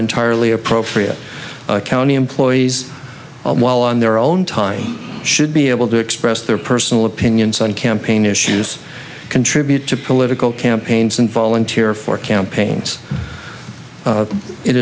entirely appropriate county employees while on their own time should be able to express their personal opinions on campaign issues contribute to political campaigns and volunteer for campaigns